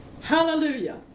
Hallelujah